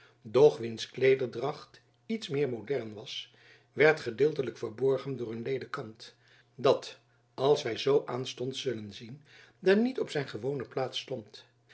doch wiens kleederdracht iets meer modern was werd gedeeltelijk verborgen door een ledekant dat als wy zoo aanstonds zullen zien daar niet op zijn gewone plaats